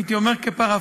הייתי אומר כפרפראזה,